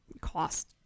cost